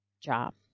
job